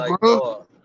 bro